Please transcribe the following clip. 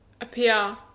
appear